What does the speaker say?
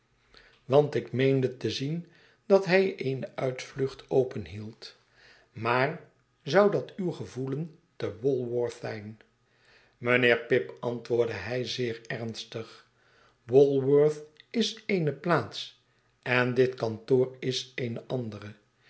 te zien dat hij eene uitvlucht openhield maar zou dat uw gevoelen te walworth zijn mijnheer pip antwoordde hij zeer ernstig walworth is eene plaats en dit karitoor is eene andere